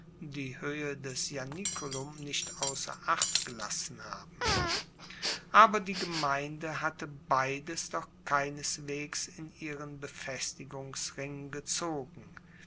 die hoehe des ianiculum nicht ausser acht gelassen haben aber die gemeinde hatte beides doch keineswegs in ihren befestigungsring gezogen